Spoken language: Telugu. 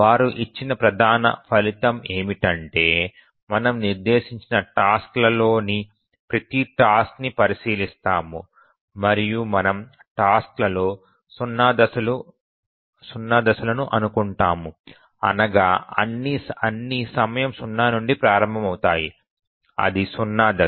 వారు ఇచ్చిన ప్రధాన ఫలితం ఏమిటంటే మనము నిర్దేశించిన టాస్క్ లలోని ప్రతి టాస్క్ ని పరిశీలిస్తాము మరియు మనము టాస్క్ లలో 0 దశలను అనుకుంటాము అనగా అన్ని సమయం 0 నుండి ప్రారంభమవుతాయి ఇది 0 దశ